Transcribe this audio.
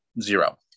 Zero